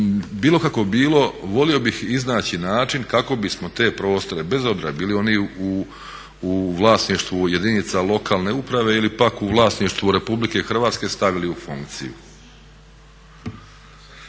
bilo kako bilo volio bih iznaći način kako bismo te prostore bez obzira bili oni u vlasništvu jedinica lokalne uprave ili pak u vlasništvu Republike Hrvatske stavili u funkciju.